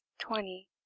twenty